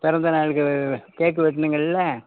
பிறந்த நாளுக்கு கேக்கு வெட்னுங்கள்ல